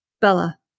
Bella